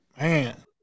Man